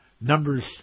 Numbers